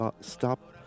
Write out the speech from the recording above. stop